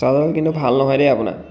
চাৰ্জাৰডাল কিন্তু ভাল নহয় দেই আপোনাৰ